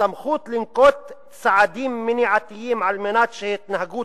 "סמכות לנקוט צעדים מניעתיים על מנת שהתנהגות